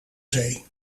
zee